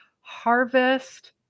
harvest